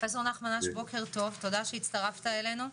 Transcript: תודה שהצטרפת אלינו.